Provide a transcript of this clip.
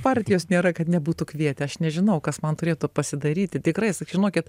partijos nėra kad nebūtų kvietę aš nežinau kas man turėtų pasidaryti tikrai žinokit